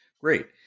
Great